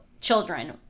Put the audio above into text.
children